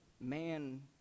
man